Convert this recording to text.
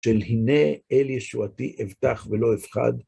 של הנה אל ישועתי, אבטח ולא אפחד.